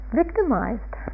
victimized